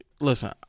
Listen